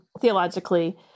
theologically